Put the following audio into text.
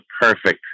perfect